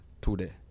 today